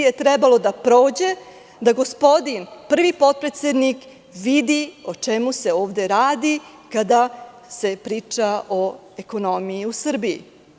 Trebalo je da prođe 14 meseci da gospodin prvi potpredsednik vidi o čemu se ovde radi kada se priča o ekonomiji u Srbiji.